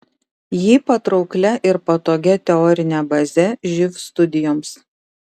jį patrauklia ir patogia teorine baze živ studijoms